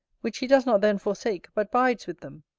which she does not then forsake, but bides with them,